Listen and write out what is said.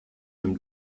dem